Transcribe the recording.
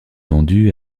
vendu